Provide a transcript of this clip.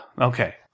okay